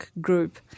group